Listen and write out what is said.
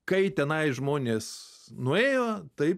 kai tenai žmonės nuėjo taip